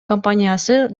компаниясы